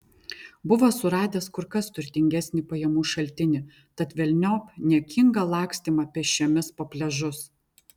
buvo suradęs kur kas turtingesnį pajamų šaltinį tad velniop niekingą lakstymą pėsčiomis po pliažus